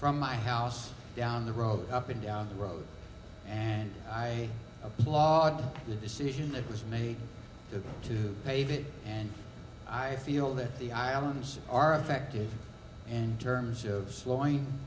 from my house down the road up and down the road and i applaud the decision that was made to pave it and i feel that the islanders are affected and terms of slowing